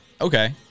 Okay